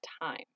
time